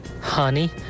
Honey